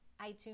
iTunes